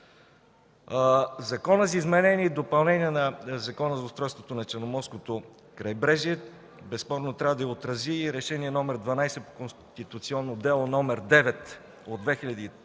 Законът за изменение и допълнение на Закона за устройството на Черноморското крайбрежие безспорно трябва да я отрази и Решение № 12, Конституционно дело № 9 от 2013